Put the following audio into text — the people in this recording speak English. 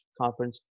conference